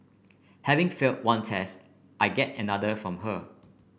having failed one test I get another from her